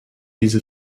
diese